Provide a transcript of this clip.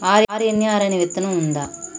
RNR అనే విత్తనం ఉందా?